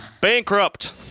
Bankrupt